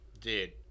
Dude